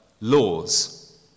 laws